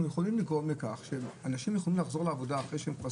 אנחנו יכולים לגרום לכך שאנשים יוכלו לחזור לעבודה אחרי שהם כבר